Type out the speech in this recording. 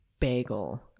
Bagel